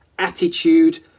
attitude